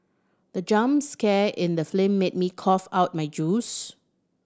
the jump scare in the film made me cough out my juice